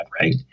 Right